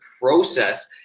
process